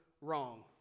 wrong